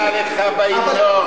מה רע לך בהמנון?